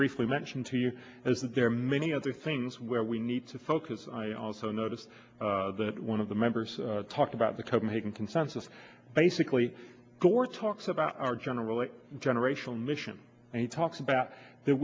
briefly mention to you as there are many other things where we need to focus i also noticed that one of the members talked about the copenhagen consensus basically gore talks about our general a generational mission and he talks about that